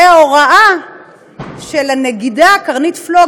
הרי ההוראה של הנגידה קרנית פלוג